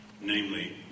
namely